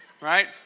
Right